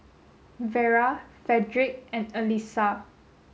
Vera Frederick and Alisa